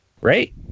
right